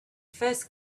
first